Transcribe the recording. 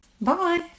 bye